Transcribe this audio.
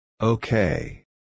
Okay